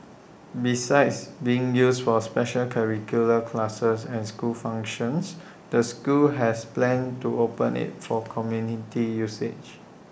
besides being used for special curricular classes and school functions the school has plans to open IT for community usage